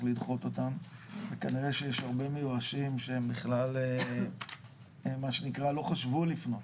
לדחות אותם וכנראה שיש הרבה מיואשים שהם בכלל לא חשבו לפנות.